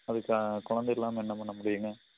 அதுக்காக குழந்தை இல்லாமல் என்ன பண்ண முடியுங்க